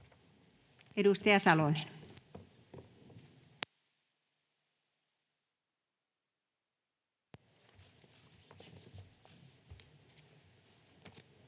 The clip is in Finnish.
Edustaja Salonen.